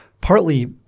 partly